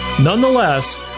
Nonetheless